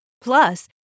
Plus